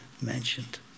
mentioned